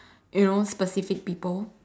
you know specific people